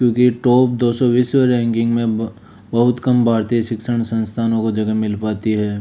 क्योंकि टॉप दो सौ बीस रैंकिंग में बहुत कम भारतीय शिक्षण संस्थानों को जगह मिल पाती है